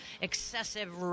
excessive